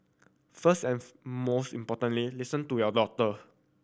first and most importantly listen to your doctor